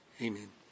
Amen